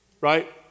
Right